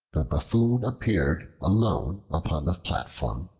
the buffoon appeared alone upon the platform,